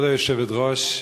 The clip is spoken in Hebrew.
כבוד היושבת-ראש,